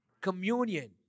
communion